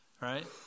right